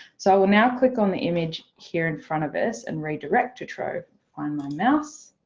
so i will now click on the image here in front of us and redirect to trove on my mouse.